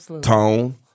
tone